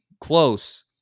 close